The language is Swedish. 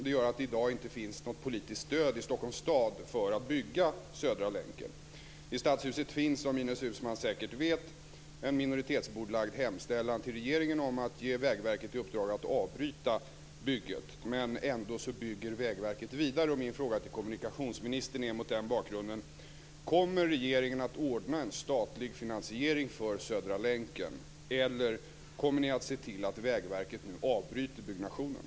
Det gör att det i dag inte finns något politiskt stöd i Stockholms stad för att bygga I Stadshuset finns, som Ines Uusmann säkert vet, en minoritetsbordlagd hemställan till regeringen om att ge Vägverket i uppdrag att avbryta bygget. Men ändå bygger Vägverket vidare. Min fråga till kommunikationsministern är mot den bakgrunden: Kommer regeringen att ordna en statlig finansiering för Södra länken, eller kommer ni att se till att Vägverket nu avbryter byggnationen?